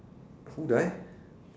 who die